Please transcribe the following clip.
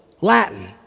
Latin